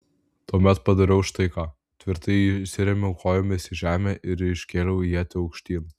tuomet padariau štai ką tvirtai įsirėmiau kojomis į žemę ir iškėliau ietį aukštyn